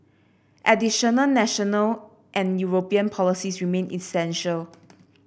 additional national and European policies remain essential